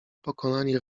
pokonani